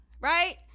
Right